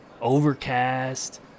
Overcast